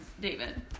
David